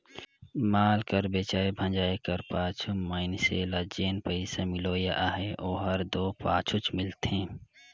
माल कर बेंचाए भंजाए कर पाछू मइनसे ल जेन पइसा मिलोइया अहे ओहर दो पाछुच मिलथे